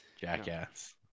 Jackass